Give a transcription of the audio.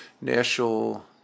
national